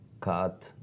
cut